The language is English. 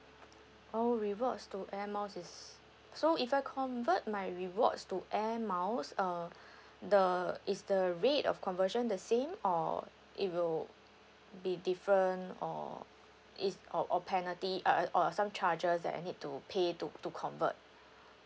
oh rewards to air miles is so if I convert my rewards to air miles err the is the rate of conversion the same or it will be different or is or or penalty uh or some charges that I need to pay to to convert